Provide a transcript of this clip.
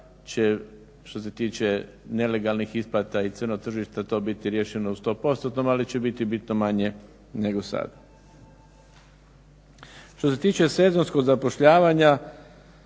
će što se tiče nelegalnih isplata i crno tržište to biti riješeno u sto postotnom ali će biti bitno manje nego sad. Što se tiče sezonskog zapošljavanja